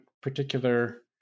particular